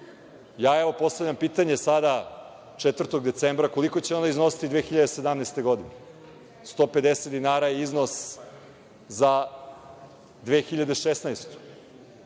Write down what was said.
evo postavljam pitanje sada, 4. decembra, koliko će ona iznositi 2017. godine? Dakle, 150 dinara je iznos za 2016. godinu.